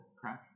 crash